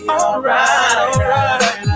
alright